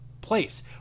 place